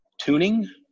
tuning